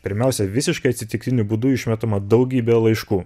pirmiausia visiškai atsitiktiniu būdu išmetama daugybė laiškų